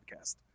podcast